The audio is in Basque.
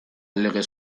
legez